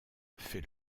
fait